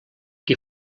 qui